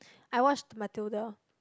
I watched Matilda